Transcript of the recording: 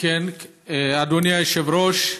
אדוני היושב-ראש,